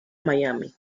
miami